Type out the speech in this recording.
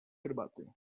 herbaty